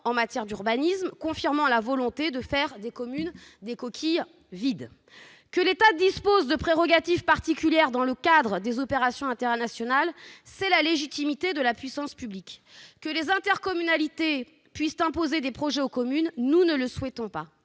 en matière d'urbanisme, et confirmait ainsi la volonté de faire des communes des coquilles vides. Que l'État dispose de prérogatives particulières dans le cadre des opérations d'intérêt national, cela relève de la légitimité de la puissance publique ; mais que les intercommunalités puissent imposer des projets aux communes, nous ne le souhaitons pas.